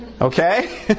Okay